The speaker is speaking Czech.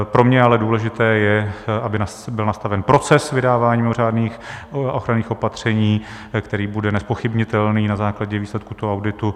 Pro mě je ale důležité, aby byl nastaven proces vydávání mimořádných ochranných opatření, který bude nezpochybnitelný na základě výsledku auditu.